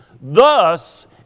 Thus